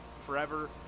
forever